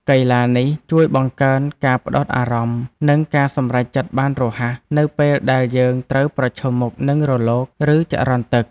កីឡានេះជួយបង្កើនការផ្ដោតអារម្មណ៍ និងការសម្រេចចិត្តបានរហ័ស នៅពេលដែលយើងត្រូវប្រឈមមុខនឹងរលក ឬចរន្តទឹក។